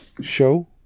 show